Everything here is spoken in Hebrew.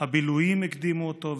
הביל"ויים הקדימו אותו,